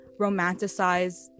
romanticize